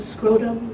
Scrotum